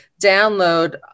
download